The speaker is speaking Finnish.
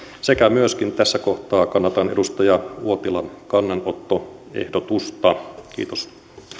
sekä myöskin tässä kohtaa kannatan edustaja uotilan kannanottoehdotusta kiitos